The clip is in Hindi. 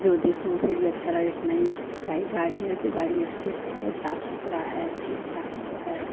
जो देखे उसे भी अच्छा लगे कि नहीं भाई गाड़ी है तो गाड़ी अच्छे से है साफ़ सुथरी है ठीक ठाक से है